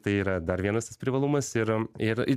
tai yra dar vienas tas privalumas ir ir